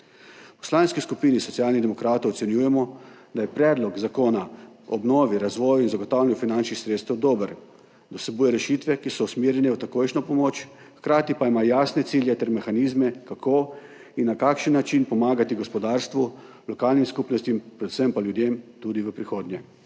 V Poslanski skupini Socialnih demokratov ocenjujemo, da je predlog zakona ob obnovi, razvoju in zagotavljanju finančnih sredstev dober, da vsebuje rešitve, ki so usmerjene v takojšnjo pomoč, hkrati pa ima jasne cilje ter mehanizme, kako in na kakšen način pomagati gospodarstvu, lokalnim skupnostim predvsem pa ljudem tudi v prihodnje.